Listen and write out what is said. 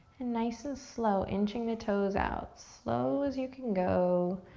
and nice and slow, inching the toes out, slow as you can go,